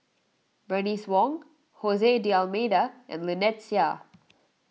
Bernice Wong Jose D'Almeida and Lynnette Seah